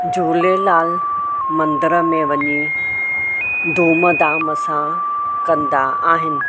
झूलेलाल मंदर में वञी धूमधाम सां कंदा आहिनि